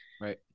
right